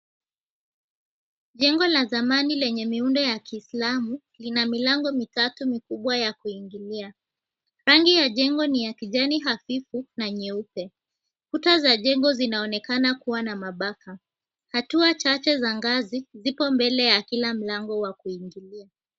Jengo la zamani lenye miundo ya kiislamu lina milango mitatu mikubwa ya kuingilia. Rangi ya jengo ni la kijani hafifu na nyeupe. Kuta za jengo zinaonekana kuwa na mabaka. Hatua chache za ngazi zipo mbele ya kila mlango wa kuingilia.